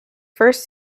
first